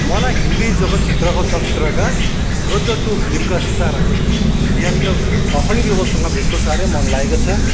मलाई हिन्दी जगत् क्षेत्रको चलचित्रका गदर टू फिल्मका सितारा यानि कि अब सन्नी देवलसँग भेट्नु साह्रै मन लागेको छ